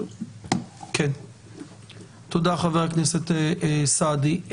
תודה חבר הכנסת סעדי.